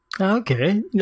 Okay